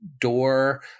door